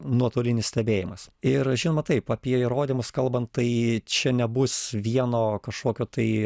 nuotolinis stebėjimas ir žinoma taip apie įrodymus kalbant tai čia nebus vieno kažkokio tai